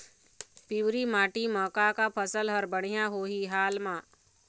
पिवरी माटी म का का फसल हर बढ़िया होही हाल मा?